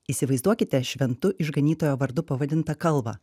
įsivaizduokite šventu išganytojo vardu pavadintą kalvą